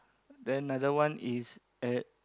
then another one is at